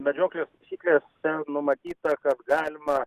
medžioklės taisyklėse numatyta kad galima